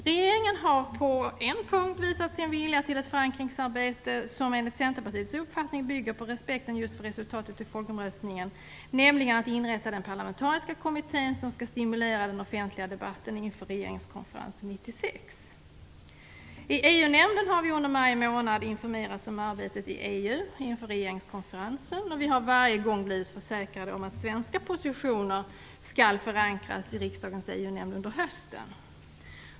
Regeringen har på en punkt visat sin vilja till ett förankringsarbete som enligt Centerpartiets uppfattning bygger på respekten för just resultatet i folkomröstningen, nämligen att inrätta en parlamentarisk kommitté som skall stimulera den offentliga debatten inför regeringskonferensen 1996. I EU-nämnden har vi under maj månad informerats om arbetet i EU inför regeringskonferensen. Varje gång har vi fått försäkringar om att svenska positioner skall förankras i riksdagens EU-nämnd under hösten.